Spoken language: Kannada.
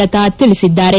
ಲತಾ ತಿಳಿಸಿದ್ದಾರೆ